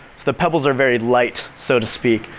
the pebbles are very light so to speak.